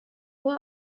nur